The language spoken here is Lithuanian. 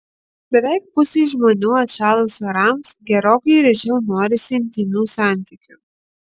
beveik pusei žmonių atšalus orams gerokai rečiau norisi intymių santykių